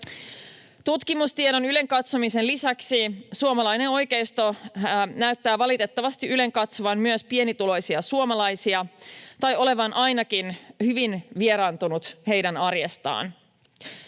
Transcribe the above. Tutkimustiedon ylenkatsomisen lisäksi suomalainen oikeisto näyttää valitettavasti ylenkatsovan myös pienituloisia suomalaisia — tai olevan ainakin hyvin vieraantunut heidän arjestaan.